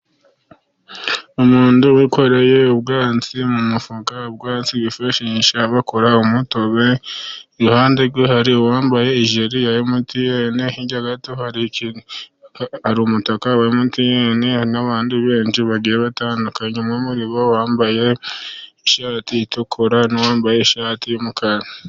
umuntu wikoreye ubwatsi mu mufuka. Ubwotsi bifashisha bakora umutobe, iruhande rwe hari uwambaye ijiri hirya hari ari umutaka aba munsi n'abandi benshi bagiye batandukanye, muribo harimo uwambaye ishati itukura n'uwambaye ishati y'umukara.